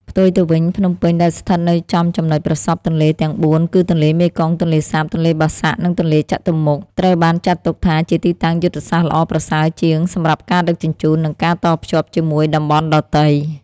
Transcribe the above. ផ្ទុយទៅវិញ ភ្នំពេញ ដែលស្ថិតនៅចំចំណុចប្រសព្វទន្លេទាំងបួនគឺទន្លេមេគង្គ ទន្លេសាប ទន្លេបាសាក់ និងទន្លេចតុមុខ ត្រូវបានចាត់ទុកថាជាទីតាំងយុទ្ធសាស្ត្រល្អប្រសើរជាងសម្រាប់ការដឹកជញ្ជូន និងការតភ្ជាប់ជាមួយតំបន់ដទៃ។